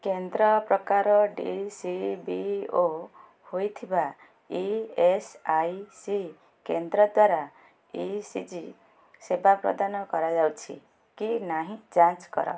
କେନ୍ଦ୍ର ପ୍ରକାର D C B ଓ ହୋଇଥିବା ଇ ଏସ୍ ଆଇ ସି କେନ୍ଦ୍ର ଦ୍ୱାରା ଇ ସି ଜି ସେବା ପ୍ରଦାନ କରାଯାଉଛି କି ନାହିଁ ଯାଞ୍ଚ୍ କର